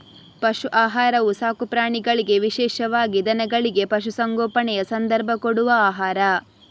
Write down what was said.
ಪಶು ಆಹಾರವು ಸಾಕು ಪ್ರಾಣಿಗಳಿಗೆ ವಿಶೇಷವಾಗಿ ದನಗಳಿಗೆ, ಪಶು ಸಂಗೋಪನೆಯ ಸಂದರ್ಭ ಕೊಡುವ ಆಹಾರ